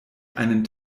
einen